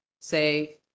say